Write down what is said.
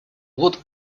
вот